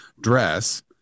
dress